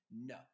No